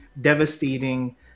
devastating